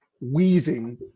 wheezing